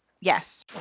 Yes